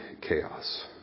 chaos